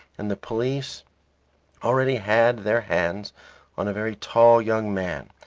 and the police already had their hands on a very tall young man,